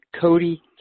cody